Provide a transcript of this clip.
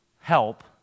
help